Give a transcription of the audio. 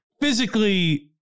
Physically